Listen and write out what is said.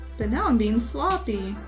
but now i'm being sloppy.